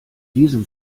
diesem